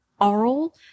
oral